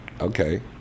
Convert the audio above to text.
Okay